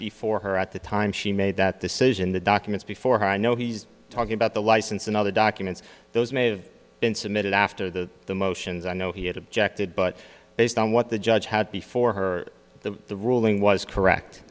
before her at the time she made that decision the documents before her i know he's talking about the license and other documents those may have been submitted after the the motions i know he had objected but based on what the judge had before her the the ruling was correct